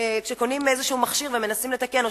כשקונים איזה מכשיר ומנסים לתקן או